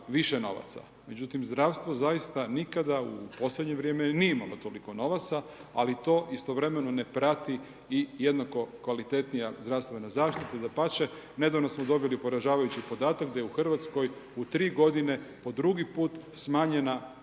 više novaca. Međutim, zdravstvo zaista nikada u posljednje vrijeme nije imalo toliko novaca ali to istovremeno ne prati i jednako kvalitetnija zdravstvena zaštita. Dapače, nedavno smo dobili poražavajući podatak da je u Hrvatskoj u 3 godine po drugi put smanjena